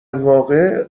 واقع